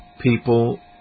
people